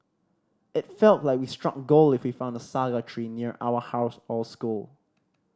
it felt like we struck gold if we found a saga tree near our house or school